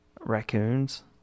Raccoons